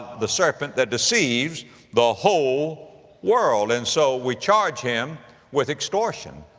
the serpent that deceives the whole world. and so we charge him with extortion.